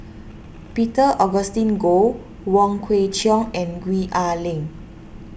Peter Augustine Goh Wong Kwei Cheong and Gwee Ah Leng